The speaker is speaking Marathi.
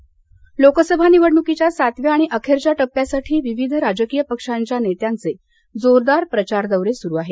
प्रचार लोकसभा निवडणुकीच्या सातव्या आणि अखेरच्या टप्प्यासाठी विविध राजकीय पक्षांच्या नेत्यांचे जोरदार प्रचार दौरे सुरू आहेत